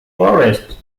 forest